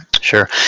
Sure